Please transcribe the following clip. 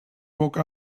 woke